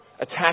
attack